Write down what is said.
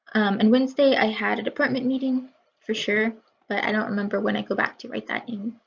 and wednesday i had a department meeting for sure but i don't remember when i go back to write that in.